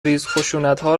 ریزخشونتها